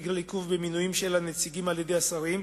בגלל עיכוב במינויים של הנציגים על-ידי השרים,